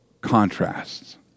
contrasts